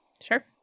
Sure